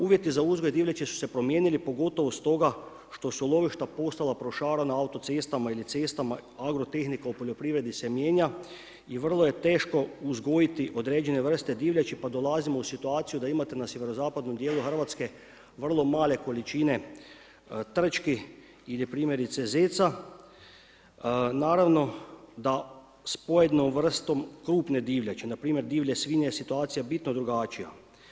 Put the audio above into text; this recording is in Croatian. Uvjeti za uzgoj divljači su se primijenili pogotovo stoga što su lovišta postala prošarana autocestama ili cestama, agrotehnika u poljoprivredi se mijenja i vrlo je teško uzgojiti određene vrste divljači, pa dolazimo u situaciju da imate na sjeverozapadnom dijelu Hrvatske vrlo male količine trčki ili primjerice zeca, naravno da s pojedinom vrstom krupne divljači, npr. divlje svinje, situacija je bitno drugačija.